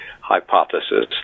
hypothesis